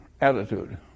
attitude